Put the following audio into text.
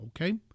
Okay